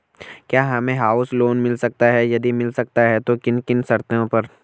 क्या हमें house loan मिल सकता है यदि मिल सकता है तो किन किन शर्तों पर?